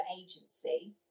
agency